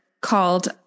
called